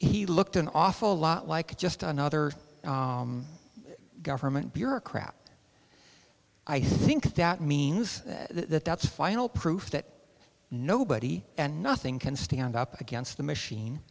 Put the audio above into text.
he looked an awful lot like just another government bureaucrat i think that means that that's the final proof that nobody and nothing can stand up against the machine